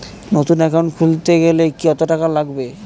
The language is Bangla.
নতুন একাউন্ট খুলতে গেলে কত টাকা লাগবে?